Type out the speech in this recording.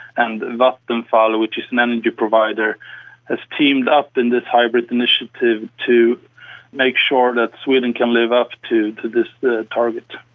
and vattenfall which is an energy provider has teamed up in this hybrid initiative to make sure that sweden can live up to to this target.